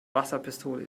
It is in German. wasserpistole